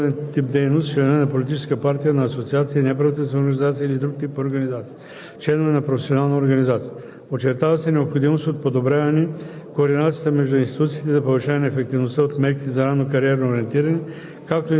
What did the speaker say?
Младите хора в България са в голяма степен оптимисти, но все още е голям делът на младежите, които не проявяват интерес към политиката. Отчита се ниска ангажираност на младите българи в подобен тип дейност – членове на политическа партия, на асоциация, неправителствена организация или друг тип организация,